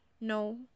No